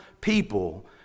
people